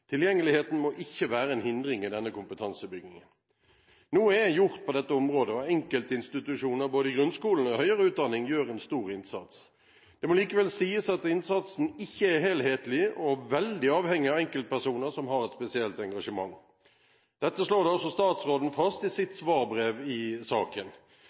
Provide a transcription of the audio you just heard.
Tilgjengeligheten må ikke være en hindring i denne kompetansebyggingen. Noe er gjort på dette området, og enkeltinstitusjoner både i grunnskolen og i høyere utdanning gjør en stor innsats. Det må likevel sies at innsatsen ikke er helhetlig, og veldig avhengig av enkeltpersoner som har et spesielt engasjement. Dette slår også statsråden fast i sitt svarbrev i saken.